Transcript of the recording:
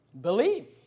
Believe